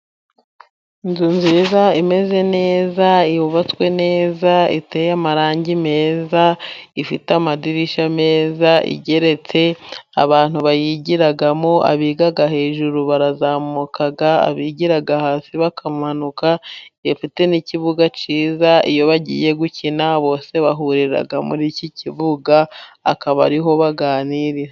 Inzu nziza imeze neza， yubatswe neza，iteye amarangi meza， ifite amadirishya meza，igeretse，abantu bayigiramo， abiga hejuru barazamuka， abigira hasi bakamanuka， ifite n'ikibuga kiza， iyo bagiye gukina bose， bahurira muri iki kibuga， akaba ariho baganirira.